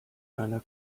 einer